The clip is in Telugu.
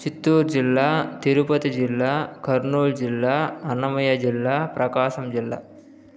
చిత్తూర్జిల్లా తిరుపతి జిల్లా కర్నూల్జిల్లా అన్నమయ్య జిల్లా ప్రకాశం జిల్లా